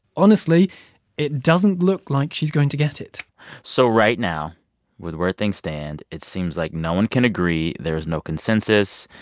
honestly it doesn't look like she's going to get it so right now with where things stand, it seems like no one can agree. there is no consensus.